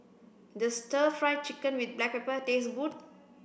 does stir fry chicken with black pepper taste good